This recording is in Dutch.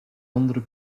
andere